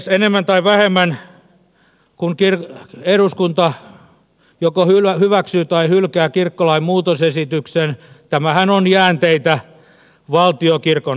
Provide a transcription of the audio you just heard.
tämähän on enemmän tai vähemmän kun eduskunta joko hyväksyy tai hylkää kirkkolain muutosesityksen jäänteitä valtionkirkon ajasta